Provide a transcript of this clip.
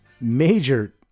major